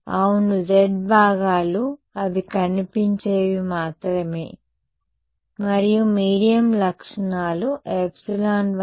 అవును z భాగాలు అవి కనిపించేవి మాత్రమే మరియు మీడియం లక్షణాలు ε1 ε2 μ1 μ2